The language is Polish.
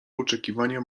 oczekiwania